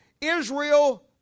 Israel